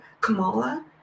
Kamala